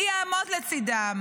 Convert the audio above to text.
מי יעמוד לצידם?